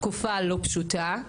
תקופה לא פשוטה,